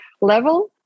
level